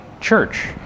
church